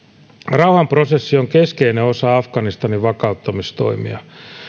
rauhanprosessi on keskeinen osa afganistanin vakauttamistoimia